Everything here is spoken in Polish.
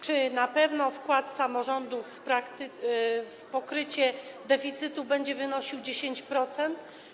Czy na pewno wkład samorządów w pokrycie deficytu będzie wynosił 10%?